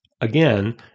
again